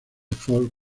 folk